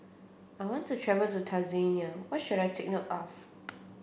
I want to travel to Tanzania what should I take note of